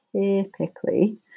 typically